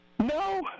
No